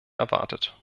erwartet